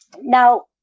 now